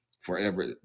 Forever